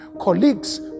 colleagues